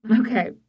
okay